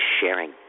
sharing